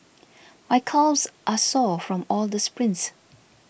my calves are sore from all the sprints